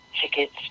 tickets